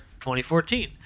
2014